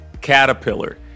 Caterpillar